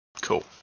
Cool